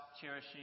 cherishing